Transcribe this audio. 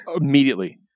immediately